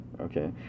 okay